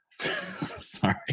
Sorry